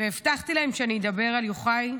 והבטחתי להם שאני אדבר על יוחאי,